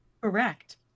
correct